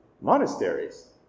monasteries